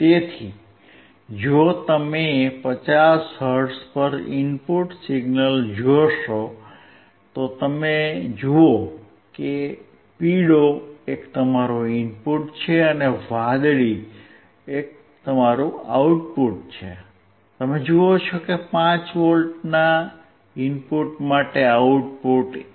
તેથી જો તમે 50 હર્ટ્ઝ પર ઇનપુટ સિગ્નલ જોશો તો તમે જુઓ કે પીળો એક તમારો ઇનપુટ છે અને વાદળી એક તમારું આઉટપુટ છે તમે જુઓ છો કે 5 V ના ઇનપુટ માટે આઉટપુટ 1